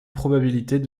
probabilités